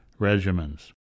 regimens